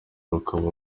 rukaba